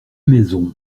maisons